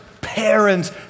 parents